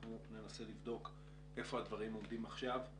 אנחנו ננסה לבדוק איפה הדברים עומדים עכשיו.